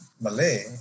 Malay